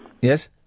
Yes